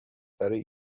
برای